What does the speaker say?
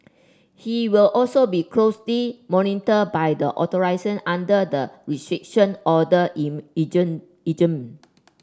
he will also be closely monitored by the authorities under the Restriction Order in regime regime